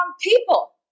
people